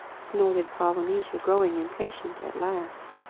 snorted polynesia growing impatient at last.